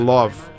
Love